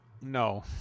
no